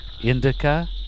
indica